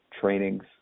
trainings